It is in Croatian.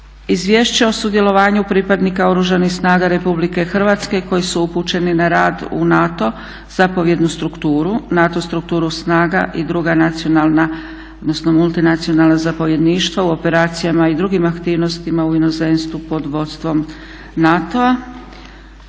Izvješće o sudjelovanju pripadnika Oružanih snaga RH koji su upućeni na rad u NATO zapovjednu strukturu, NATO strukturu snaga i druga nacionalna (multinacionalna) zapovjedništva u operacijama i drugim aktivnostima u inozemstvu pod vodstvom NATO-a,